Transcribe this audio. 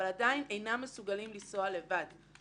אבל עדיין אינם מסוגלים לנסוע לבד.